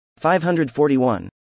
541